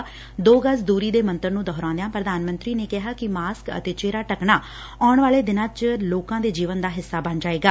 ੱਦੋ ਗਜ਼ ਦੂਰੀ ਦੇ ਮੰਡਰ ਨੂੰ ਦੁਹਰਾਉਂਦਿਆਂ ਪੁਧਾਨ ਮੰਤਰੀ ਨੇ ਕਿਹਾ ਕਿ ਮਾਸਕ ਅਤੇ ਚਿਹਰੇ ਢੱਕਣਾ ਆਉਣ ਵਾਲੇ ਦਿਨਾਂ ਚ ਲੋਕਾਂ ਦੈ ਜੀਵਨ ਦਾ ਹਿੱਸਾ ਬਣ ਜਾਏਗਾ